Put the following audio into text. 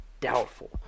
Doubtful